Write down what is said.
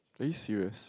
please serious